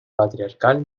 patriarcal